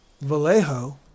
Vallejo